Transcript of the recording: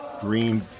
Dream